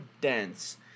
dense